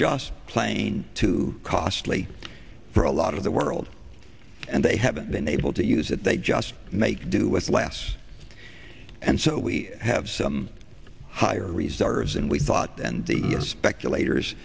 just plain too costly for a lot of the world and they haven't been able to use it they just make do with less and so we have some higher reserves and we thought and the speculator